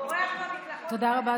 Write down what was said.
תודה רבה,